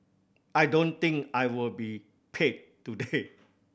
I don't think I will be paid today